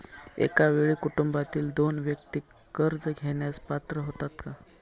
एका वेळी कुटुंबातील दोन व्यक्ती कर्ज घेण्यास पात्र होतात का?